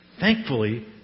Thankfully